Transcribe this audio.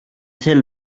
sel